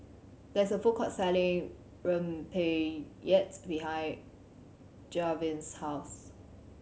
there is a food court selling rempeyeks behind Gavyn's house